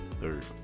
third